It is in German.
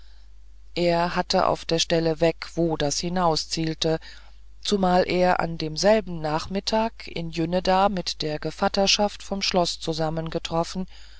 er hatte auf der stelle weg wo das hinauszielte zumal er an demselben nachmittag in jünneda mit der gevatterschaft vom schloß zusammengetroffen